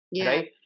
right